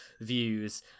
Views